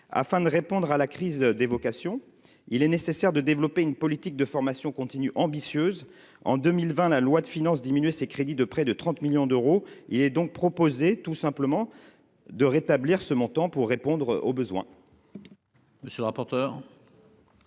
afin de répondre à la crise des vocations, il est nécessaire de développer une politique de formation continue ambitieuse en 2020 la loi de finances diminuer ses crédits de près de 30 millions d'euros, il est donc proposé tout simplement de rétablir ce montant pour répondre aux besoins.